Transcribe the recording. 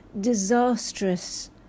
disastrous